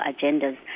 agendas